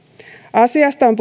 asiasta on